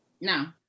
No